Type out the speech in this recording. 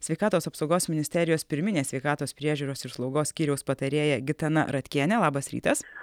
sveikatos apsaugos ministerijos pirminės sveikatos priežiūros ir slaugos skyriaus patarėja gitana ratkiene labas rytas